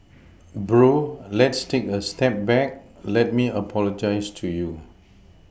bro let's take a step back let me apologise to you